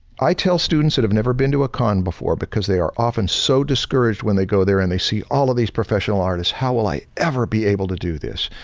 i tell students that have never been to a con before because they are often so discouraged when they go there and they see all of these professional artists, how will i ever be able to do this?